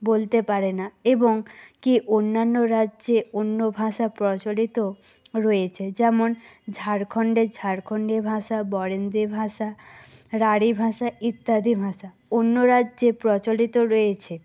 বলতে পারে না এবং কি অন্যান্য রাজ্যে অন্য ভাষা প্রচলিত রয়েছে যেমন ঝাড়খণ্ডে ঝাড়খণ্ডী ভাষা বরেন্দ্রী ভাষা রাঢ়ী ভাষা ইত্যাদি ভাষা অন্য রাজ্যে প্রচলিত রয়েছে